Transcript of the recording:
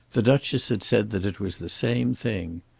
the duchess had said that it was the same thing.